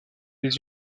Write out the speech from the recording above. les